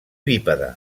bípede